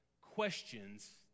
questions